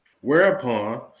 Whereupon